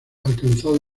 alcanzado